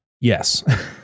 Yes